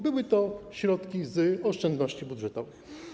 Były to środki z oszczędności budżetowych.